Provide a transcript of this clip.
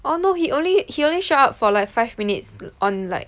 oh no he only he only shout out for like five minutes on like